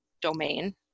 domain